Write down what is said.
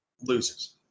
loses